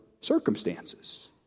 circumstances